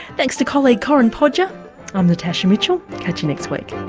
thanks to colleague corinne podger i'm natasha mitchell catch you next week.